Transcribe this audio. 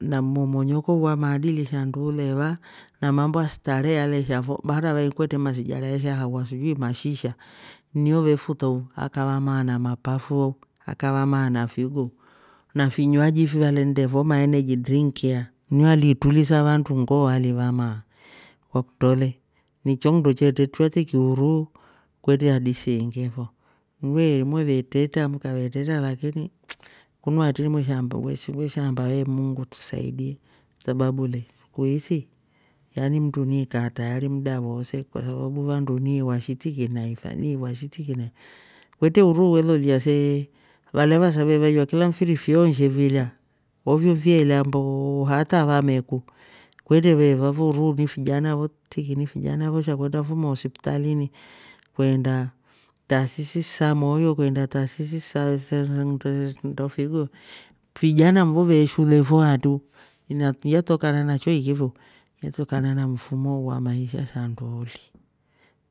Na mmomonyoko wa maadili shandu uleva na mambo aah starehe yalesha fo mara kwetre masigara ye sha hawa sijui mashisha niyo e futa u, akavamaa na mapafu oh akavamaa na figo na finywaji fyo valende fo ameneji drinki ah nnyo yali tulisa vandu ngoo yali vamaa kwakutro le ncho ndo nndo che tetwra tiki uruu kwetre hadisi iingi fo mwe mweve tretra mkave tre lakini kunua atri mwe shaamba weshi- weshaamba mungu tusaidie sababu le kuisi ni mndu ikaa tayari mda woose kwa sababu vandu niiiwa shi tiki na ifa, niiwa shi tiki na ifa kwetre uruu welolia see valaya vasa ve waiywa kila mfiri fyoonshe filya ofyo fyeela mboooha hata vameku kwetre veefa fo uruu ni fijana fyo tiki ni fijana wo sha weenda fo mahosipitalini kweenda taasisi sa moyo kwendaa taasisi sa nndo figo fijana nvo veeshule faatro yatokana na choiki feu yatokana na mfumo wu wa maisha shandu uli